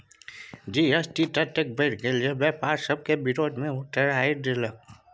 GST ततेक बढ़ि गेल जे बेपारी सभ विरोध मे उतरि गेल